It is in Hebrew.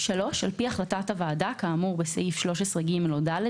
על פי החלטת הוועדה כאמור בסעיף 13(ג) או (ד),